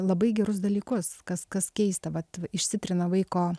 labai gerus dalykus kas kas keista vat išsitrina vaiko